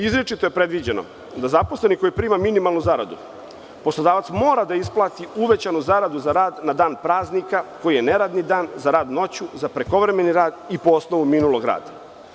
Izričito je predviđeno da zaposleni koji prima minimalnu zaradu, poslodavac mora da isplati uvećanu zaradu za rad na dan praznika, koji je neradni dan, za rad noću, za prekovremeni rad, i po osnovu minulog rada.